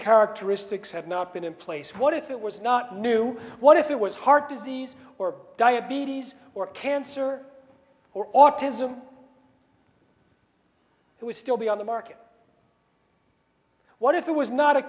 characteristics had not been in place what if it was not new what if there was heart disease or diabetes or cancer or autism who would still be on the market what if it was not a